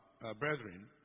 brethren